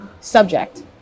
subject